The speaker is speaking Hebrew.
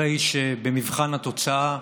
הרי שבמבחן התוצאה,